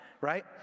right